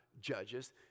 judges